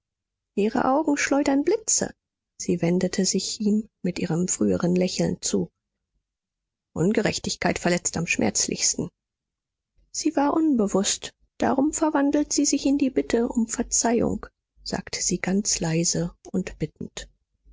ihre augen schleudern blitze sie wendete sich ihm mit ihrem früheren lächeln zu ungerechtigkeit verletzt am schmerzlichsten sie war unbewußt darum verwandelt sie sich in die bitte um verzeihung sagte sie ganz leise und bittend